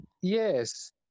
Yes